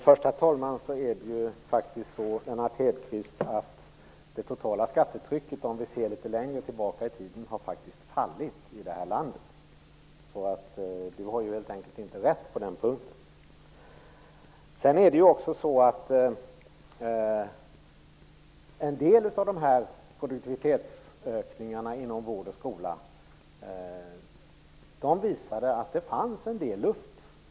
Herr talman! Om vi ser litet längre tillbaka i tiden har det totala skattetrycket i det här landet faktiskt fallit. Lennart Hedquist har helt enkelt inte rätt på den punkten. En del av produktivitetsökningarna inom vård och skola visade att det fanns en del luft.